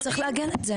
צריך לעגן את זה.